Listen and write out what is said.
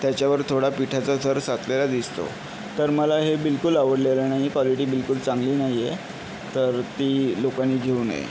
त्याच्यावर थोडा पीठाचा थर साचलेला दिसतो तर मला हे बिलकूल आवडलेलं नाही क्वालिटी बिलकूल चांगली नाही आहे तर ती लोकांनी घेऊ नये